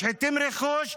משחיתים רכוש,